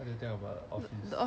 talking about the office